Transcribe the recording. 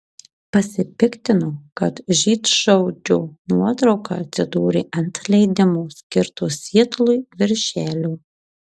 pasipiktino kad žydšaudžio nuotrauka atsidūrė ant leidimo skirto sietlui viršelio